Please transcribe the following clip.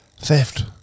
theft